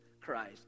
Christ